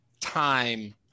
time